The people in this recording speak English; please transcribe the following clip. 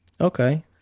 Okay